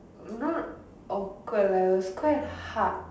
not awkward lah it was quite hard